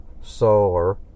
solar